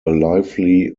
lively